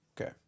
Okay